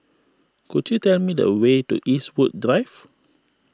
could you tell me the way to Eastwood Drive